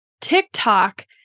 TikTok